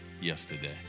yesterday